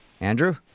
Andrew